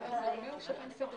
בשעה